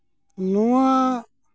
ᱱᱚᱣᱟ